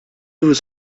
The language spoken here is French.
vous